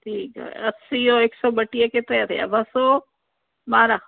ठीकु आहे असी इहो हिकु सौ ॿटीअ केतिरा थिया ॿ सौ ॿारहां